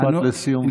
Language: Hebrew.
משפט לסיום, בבקשה.